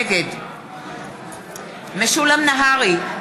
נגד משולם נהרי,